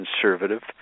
conservative